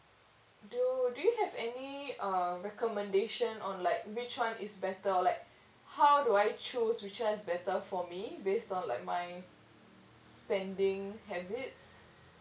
do do you have any uh recommendation on like which one is better or like how do I choose which one is better for me based on like my spending habits